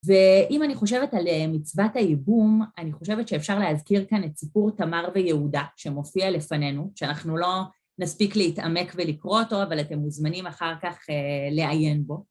ואם אני חושבת על מצוות הייבום, אני חושבת שאפשר להזכיר כאן את סיפור תמר ויהודה שמופיע לפנינו, שאנחנו לא נספיק להתעמק ולקרוא אותו, אבל אתם מוזמנים אחר כך לעיין בו.